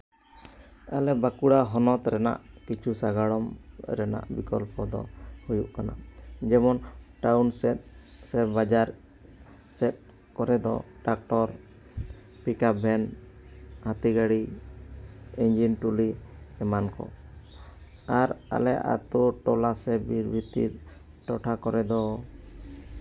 ᱟᱞᱮ ᱵᱟᱸᱠᱩᱲᱟ ᱦᱚᱱᱚᱛ ᱨᱮᱱᱟᱜ ᱠᱤᱪᱷᱩ ᱥᱟᱜᱟᱲᱚᱢ ᱨᱮᱱᱟᱜ ᱵᱤᱠᱚᱞᱯᱚ ᱫᱚ ᱦᱩᱭᱩᱜ ᱠᱟᱱᱟ ᱡᱮᱢᱚᱱ ᱴᱟᱣᱩᱱ ᱥᱮᱫ ᱥᱮ ᱵᱟᱡᱟᱨ ᱥᱮᱫ ᱠᱚᱨᱮ ᱫᱚ ᱴᱨᱟᱠᱴᱚᱨ ᱯᱤᱠᱟᱯ ᱵᱷᱮᱱ ᱦᱟᱹᱛᱤ ᱜᱟᱹᱲᱤ ᱤᱧᱡᱤᱱ ᱴᱨᱚᱞᱤ ᱮᱢᱟᱱ ᱠᱚ ᱥᱮ ᱟᱨ ᱟᱞᱮ ᱟᱛᱳ ᱴᱚᱞᱟ ᱥᱮ ᱵᱤᱨ ᱵᱷᱤᱛᱤᱨ ᱴᱚᱴᱷᱟ ᱠᱚᱨᱮ ᱫᱚ